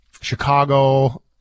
Chicago